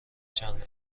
چند